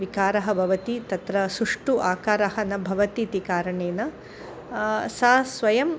विकारः भवति तत्र सुष्ठु आकारः न भवति इति कारणेन सा स्वयम्